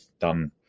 done